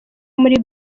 muri